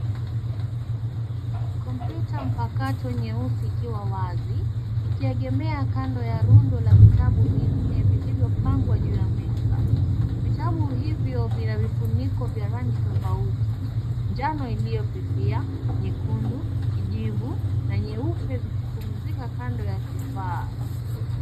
Kompyuta mpakato nyeusi ikiwa wazi, ikiegemea kando ya rundo la vitabu vinne vilivyopangwa juu ya meza. Vitabu hivyo vina vifuniko vya rangi tofauti njano iliyofifia, nyekundu, kijivu na nyeupe vikipumzika kando ya kifaa.